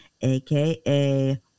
AKA